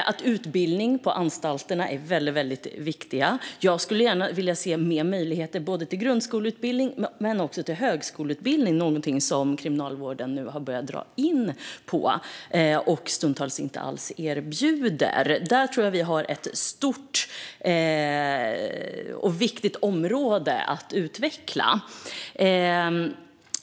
Också utbildningen på anstalterna är viktig. Där skulle jag gärna se fler möjligheter till grundskoleutbildning men också till högskoleutbildning, något som Kriminalvården nu har börjat dra in på och stundtals inte erbjuder alls. Där tror jag att vi har ett stort och viktigt område att utveckla. Herr talman!